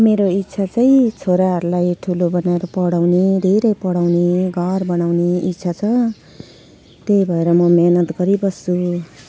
मेरो इच्छा चाहिँ छोराहरूलाई ठुलो बनाएर पढाउने धेरै पढाउने घर बनाउने इच्छा छ त्यही भएर म मेहनत गरिबस्छु